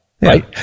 right